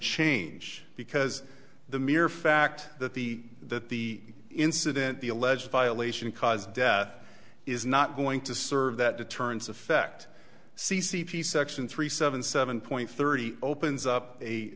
change because the mere fact that the that the incident the alleged violation caused death is not going to serve that deterrence effect c c p section three seven seven point three opens up a